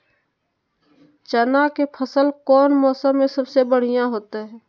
चना के फसल कौन मौसम में सबसे बढ़िया होतय?